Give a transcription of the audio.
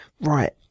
right